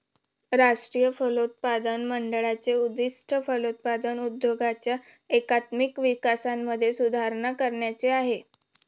राष्ट्रीय फलोत्पादन मंडळाचे उद्दिष्ट फलोत्पादन उद्योगाच्या एकात्मिक विकासामध्ये सुधारणा करण्याचे आहे